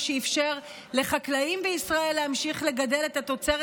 מה שאפשר לחקלאים בישראל להמשיך לגדל את התוצרת